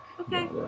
Okay